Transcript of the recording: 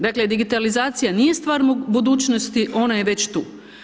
Dakle digitalizacija nije stvar budućnost, ona je već tu.